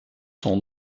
son